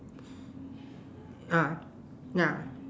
ya ya